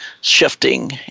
shifting